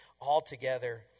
altogether